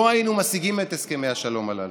לא היינו משיגים את הסכמי השלום הללו,